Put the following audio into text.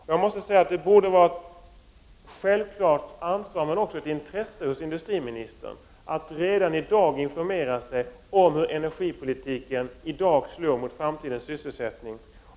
Det borde verkligen vara ett självklart ansvar och intresse för industriministern att redan nu informera sig om hur energipolitiken i dag slår mot framtidens sysselsättning.